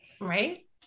Right